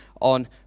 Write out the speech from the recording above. on